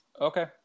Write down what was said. Okay